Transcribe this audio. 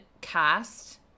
cast